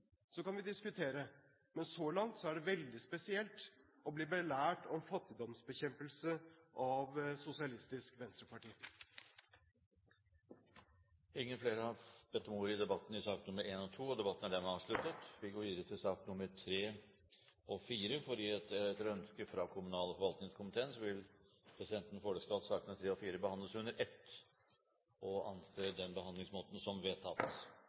kan vi diskutere. Men så langt er det veldig spesielt å bli belært om fattigdomsbekjempelse av Sosialistisk Venstreparti. Flere har ikke bedt om ordet til sakene nr. 1 og 2. Etter ønske fra kommunal- og forvaltningskomiteen vil presidenten foreslå at sakene nr. 3 og 4 behandles under ett – og anser det for vedtatt. Etter ønske fra kommunal- og forvaltningskomiteen vil presidenten foreslå at taletiden begrenses til 40 minutter og fordeles med inntil 5 minutter til hvert parti og